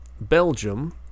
Belgium